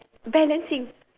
balancing